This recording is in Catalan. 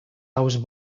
aus